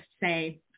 say